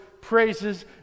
praises